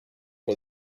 for